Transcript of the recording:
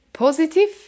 Positive